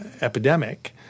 epidemic